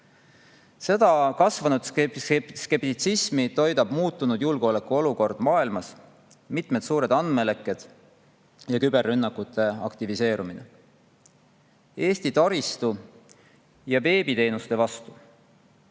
Seda kasvanud skeptitsismi toidab muutunud julgeolekuolukord maailmas, mitmed suured andmelekked ja küberrünnakute aktiviseerumine Eesti taristu ja veebiteenuste vastu.